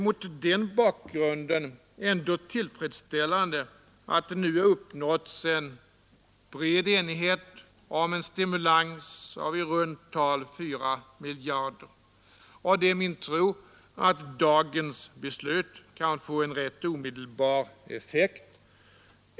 Mot den bakgrunden är det ändå tillfredsställande att det nu har uppnåtts bred enighet om en stimulans av i runt tal 4 miljarder, och det är min tro att dagens beslut kan få ganska omedelbar effekt.